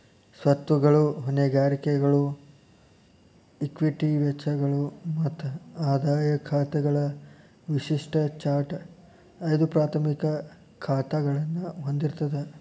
ಸ್ವತ್ತುಗಳು, ಹೊಣೆಗಾರಿಕೆಗಳು, ಇಕ್ವಿಟಿ ವೆಚ್ಚಗಳು ಮತ್ತ ಆದಾಯ ಖಾತೆಗಳ ವಿಶಿಷ್ಟ ಚಾರ್ಟ್ ಐದು ಪ್ರಾಥಮಿಕ ಖಾತಾಗಳನ್ನ ಹೊಂದಿರ್ತದ